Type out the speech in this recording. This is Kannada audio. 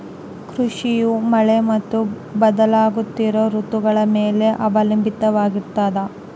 ಕೃಷಿಯು ಮಳೆ ಮತ್ತು ಬದಲಾಗುತ್ತಿರೋ ಋತುಗಳ ಮ್ಯಾಲೆ ಅವಲಂಬಿತವಾಗಿರ್ತದ